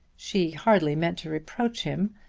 she hardly meant to reproach him.